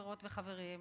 חברות וחברים,